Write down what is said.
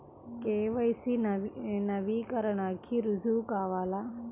KYC నవీకరణకి రుజువు కావాలా?